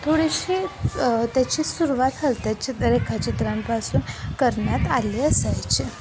थोडीशी त्याची सुरुवात हलत्या चित रेखाचित्रांपासून करण्यात आली असायची